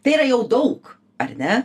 tai yra jau daug ar ne